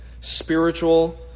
spiritual